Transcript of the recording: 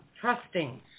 Trusting